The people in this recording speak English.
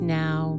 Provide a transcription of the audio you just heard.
now